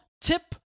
tip